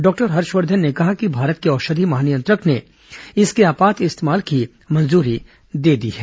doctor Harshvardhan ने कहा कि भारत के औषधि महानियंत्रक ने इसके आपात इस्तेमाल की मंजूरी दे दी है